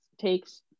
takes